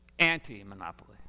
Anti-monopoly